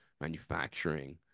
manufacturing